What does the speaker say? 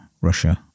Russia